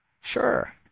Sure